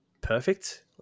perfect